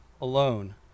alone